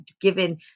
given